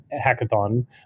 hackathon